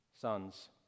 Sons